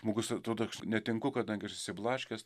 žmogus atrodo netinku kadangi aš išsiblaškęs